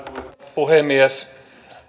puhemies